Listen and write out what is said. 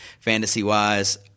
Fantasy-wise